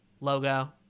logo